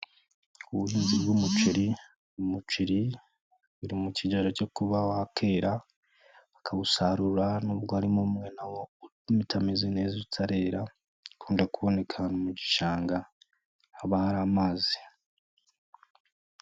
Ubuhinzi bw'umuceri, umuceri uri mu kigero cyo kuba wakera, bakabusarura nubwo harimo umwe na wo utameze neza utarera, ukunda kuboneka mu gishanga haba hari amazi.